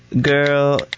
Girl